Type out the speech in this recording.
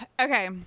Okay